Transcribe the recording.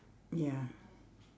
ya